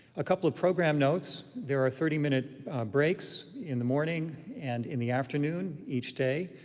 a couple of program notes there are thirty minute breaks in the morning and in the afternoon each day.